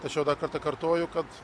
tačiau dar kartą kartoju kad